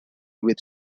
with